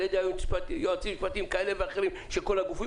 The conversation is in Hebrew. ידי יועצים משפטיים כאלה ואחרים של כל הגופים,